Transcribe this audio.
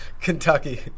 Kentucky